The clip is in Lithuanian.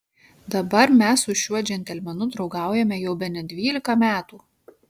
dabar mes su šiuo džentelmenu draugaujame jau bene dvylika metų